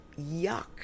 yuck